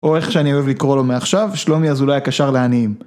או איך שאני אוהב לקרוא לו מעכשיו, שלומי אזולאי הקשר לעניים.